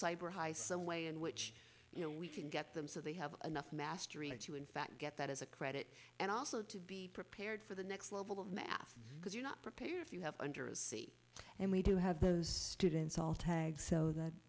cyber high some way in which you know we can get them so they have enough mastery to in fact get that as a credit and also to be prepared for the next level of math because you're not prepared if you have under a c and we do have those students all tags so that